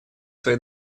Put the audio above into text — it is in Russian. свои